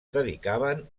dedicaven